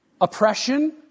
oppression